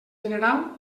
general